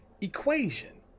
equation